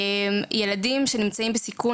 ילדים שנמצאים בסיכון,